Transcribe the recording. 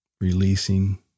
releasing